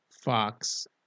Fox